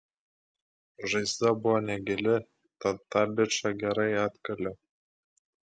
žaizda buvo negili tad tą bičą gerai atkaliau